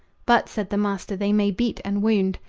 but, said the master, they may beat and wound.